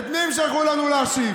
את מי הם שלחו לנו להשיב?